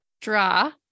Draw